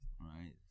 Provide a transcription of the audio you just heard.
right